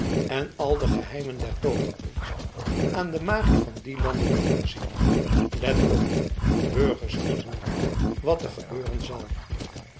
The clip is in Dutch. en al de geheimen der tooverkunst aan de magi van die landen afgezien let op nu burgers en boeren wat er gebeuren zal